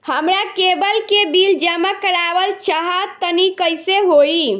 हमरा केबल के बिल जमा करावल चहा तनि कइसे होई?